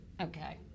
Okay